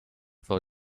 for